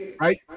Right